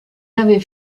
avez